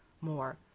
more